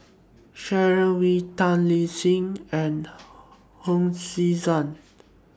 Sharon Wee Tan Lip Seng and Hon Sui Sen